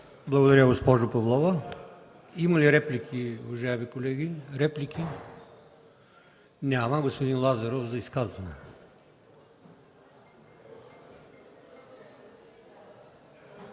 Благодаря, госпожо Павлова. Има ли реплики, уважаеми колеги? Няма. Господин Лазаров – изказване.